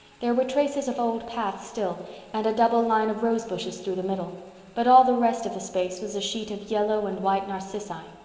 there were traces of old paths still and a double line of rosebushes through the middle but all the rest of the space was a sheet of yellow and white narcissi,